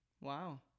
wow